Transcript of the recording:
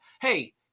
hey